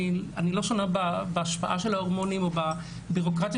אני לא שונה בהשפעה של ההורמונים או בבירוקרטיה